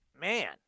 man